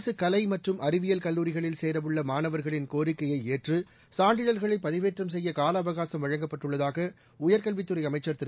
அரசு கலை மற்றும் அறிவியல் கல்லூரிகளில் கேரவுள்ள மாணவர்களின் கோரிக்கையை ஏற்று சான்றிதழ்களை பதிவேற்றம் செய்ய காலஅவகாசம் வழங்கப்பட்டுள்ளதாக உயர்கல்வித்துறை அமைச்சர் திரு